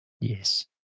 Yes